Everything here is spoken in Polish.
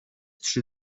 trzy